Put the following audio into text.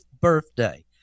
birthday